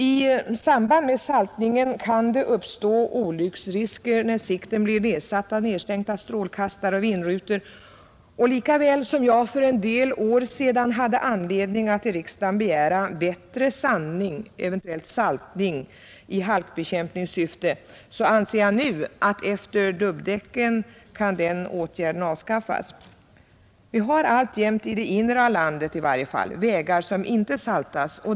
I samband med saltningen kan det uppstå olycksrisker om sikten blir nedsatt av nedstänkta strålkastare och vindrutor. Lika väl som jag för en del år sedan hade anledning att i riksdagen begära bättre sandning — eventuellt saltning — i halkbekämpningssyfte anser jag nu, efter dubbdäckens tillkomst, att den åtgärden kan avskaffas. Vi har alltjämt, i varje fall i det inre av landet, vägar som inte är saltade.